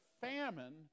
famine